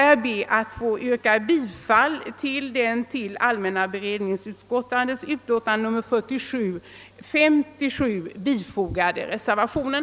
Jag ber att få yrka bifall till den vid allmänna beredningsutskottets utlåtande nr 57 fogade reservationen.